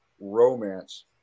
romance